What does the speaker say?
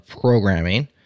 programming